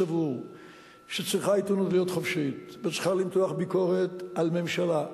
סבור שצריכה העיתונות להיות חופשית והיא צריכה למתוח ביקורת על ממשלה,